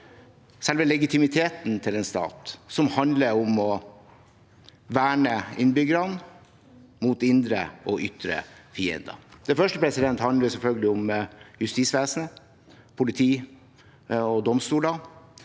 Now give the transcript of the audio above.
selve legitimiteten til en stat, som handler om å verne innbyggerne mot indre og ytre fiender. Det første handler selvfølgelig om justisvesenet: politi og domstoler.